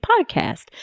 Podcast